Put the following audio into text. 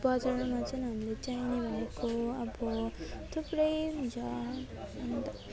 च बजारमा चाहिँ हामीले चाहिने भनेको अब थुप्रै हुन्छ अन्त